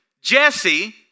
Jesse